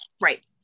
right